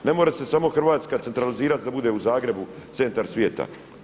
Ne more se samo Hrvatska centralizirati da bude u Zagrebu centar svijeta.